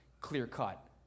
clear-cut